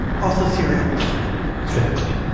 also cereal exactly,